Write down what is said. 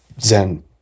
Zen